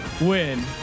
win